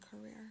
career